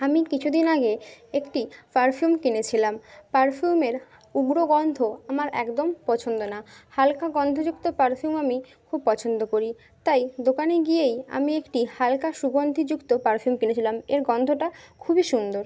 আমি কিছু দিন আগে একটি পারফিউম কিনেছিলাম পারফিউমের উগ্র গন্ধ আমার একদম পছন্দ না হালকা গন্ধযুক্ত পারফিউম আমি খুব পছন্দ করি তাই দোকানে গিয়েই আমি একটি হালকা সুগন্ধিযুক্ত পারফিউম কিনেছিলাম এর গন্ধটা খুবই সুন্দর